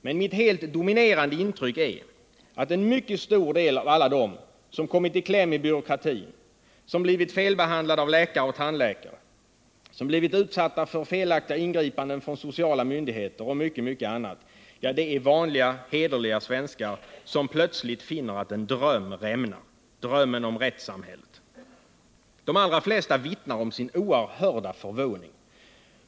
Men mitt helt dominerande intryck är att en mycket stor del av alla dem som kommit i kläm i byråkratin, som blivit felbehandlade av läkare och tandläkare, som blivit utsatta för felaktiga ingripanden från sociala myndigheter och mycket annat är vanliga hederliga svenskar, som plötsligt finner att en dröm rämnar: drömmen om rättssamhället. De allra flesta vittnar om sin oerhörda förvåning.